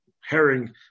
herring